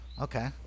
Okay